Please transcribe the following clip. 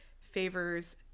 favors